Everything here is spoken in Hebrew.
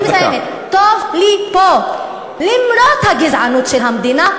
אני מסיימת: טוב לי פה למרות הגזענות של המדינה,